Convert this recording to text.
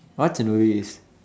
what's a